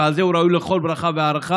ועל זה הוא ראוי לכל ברכה והערכה,